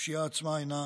הפשיעה עצמה אינה